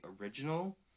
original